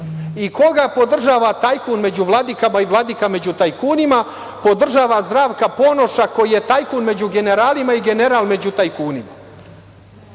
Koga podržava tajkun među vladikama i vladika među tajkunima? Podržava Zdravka Ponoša koji je tajkun među generalima i general među tajkunima.